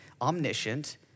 omniscient